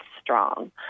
strong